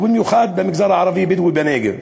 ובמיוחד במגזר הערבי-בדואי בנגב.